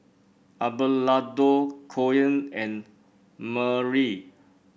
Abelardo Koen and Marely